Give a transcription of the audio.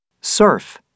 Surf